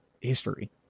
history